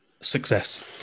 success